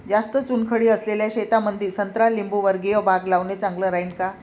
जास्त चुनखडी असलेल्या शेतामंदी संत्रा लिंबूवर्गीय बाग लावणे चांगलं राहिन का?